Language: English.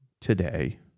today